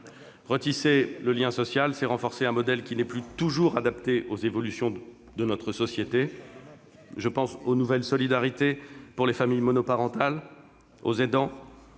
Retisser le lien social, c'est renforcer un modèle qui n'est plus toujours adapté aux évolutions de notre société. Je pense aux nouvelles solidarités pour les familles monoparentales, aux aidants